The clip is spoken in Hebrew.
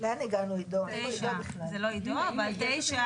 אני מנצל את הבמה כדי להגיד לך שיש בליכוד